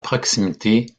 proximité